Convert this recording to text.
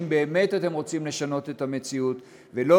שאם באמת אתם רוצים לשנות את המציאות ולא